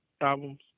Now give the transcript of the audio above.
albums